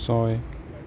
ছয়